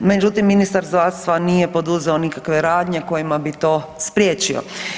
Međutim, ministar zdravstva nije poduzeo nikakve radnje kojima bi to spriječio.